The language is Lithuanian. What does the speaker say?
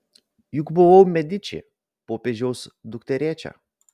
juk buvau mediči popiežiaus dukterėčia